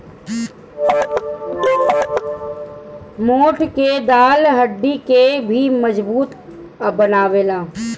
मोठ के दाल हड्डी के भी मजबूत बनावेला